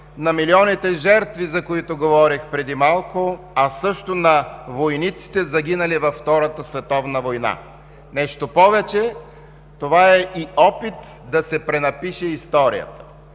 на милионите жертви, за които говорих преди малко, а също на войниците, загинали във Втората световна война. Нещо повече, това е и опит да се пренапише историята.